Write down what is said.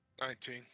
Nineteen